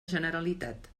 generalitat